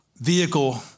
vehicle